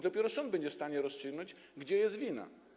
Dopiero sąd będzie w stanie rozstrzygnąć, gdzie jest wina.